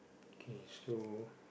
okay so